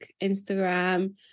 Instagram